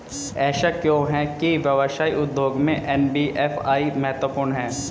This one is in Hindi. ऐसा क्यों है कि व्यवसाय उद्योग में एन.बी.एफ.आई महत्वपूर्ण है?